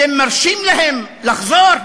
אתם מרשים להם לחזור?